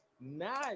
Nice